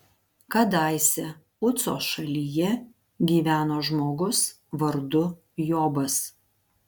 kadaise uco šalyje gyveno žmogus vardu jobas